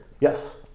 Yes